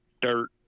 dirt